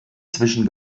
zwischen